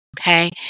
Okay